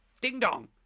ding-dong